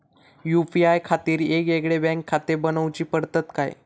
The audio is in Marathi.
यू.पी.आय खातीर येगयेगळे बँकखाते बनऊची पडतात काय?